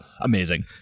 amazing